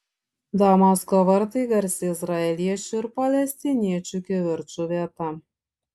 damasko vartai garsi izraeliečių ir palestiniečių kivirčų vieta